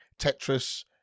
Tetris